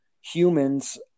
humans